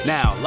Now